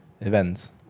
events